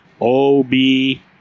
O-B